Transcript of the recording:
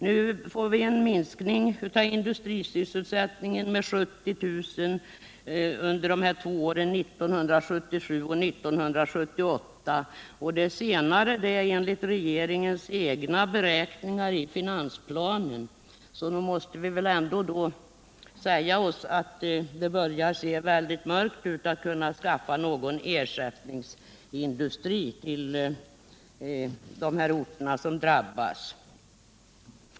Nu får vi en minskning av industrisysselsättningen med 70 000 arbeten under de två åren 1977 och 1978 — det senare enligt regeringens egna beräkningar i finansplanen. Då måste vi väl ändå säga att det börjar se mörkt ut när det gäller att skaffa ersättningsindustri till de orter som drabbas.